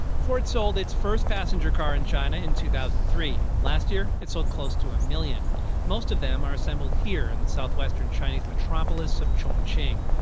ford sold its first passenger car in china in two thousand and three. last year, it sold close to a million most of them are assembled here in the southwestern chinese metropolis of chongqing,